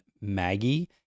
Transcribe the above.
Maggie